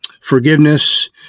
forgiveness